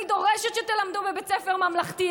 אני דורשת שתלמדו יהדות בבית ספר ממלכתי,